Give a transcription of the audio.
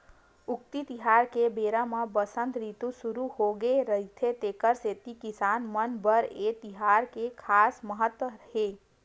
उक्ती तिहार के बेरा म बसंत रितु सुरू होगे रहिथे तेखर सेती किसान मन बर ए तिहार के खास महत्ता हे